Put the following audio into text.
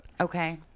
okay